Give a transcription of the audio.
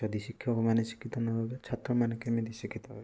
ଯଦି ଶିକ୍ଷକମାନେ ଶିକ୍ଷିତ ନହେବେ ଛାତ୍ରମାନେ କେମିତି ଶିକ୍ଷିତ ହେବେ